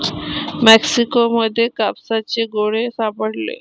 Mexico मध्ये कापसाचे गोळे सापडले